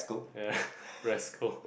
ya rascal